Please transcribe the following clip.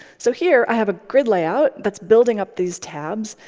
so here i have a grid layout that's building up these tabs,